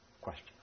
Question